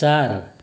चार